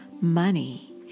money